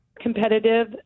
competitive